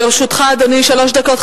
לרשותך, אדוני, שלוש דקות.